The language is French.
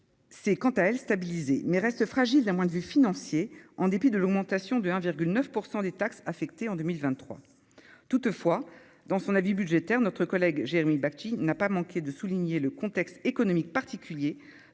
s'est quant à elle, stabilisées mais restent fragile à moins de vue financier. En dépit de l'augmentation de 1,9 % des taxes affectées en 2023 toutefois, dans son avis budgétaire notre collègue Jérémy Bacti n'a pas manqué de souligner le contexte économique particulier